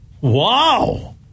Wow